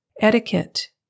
Etiquette